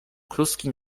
kluski